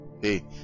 hey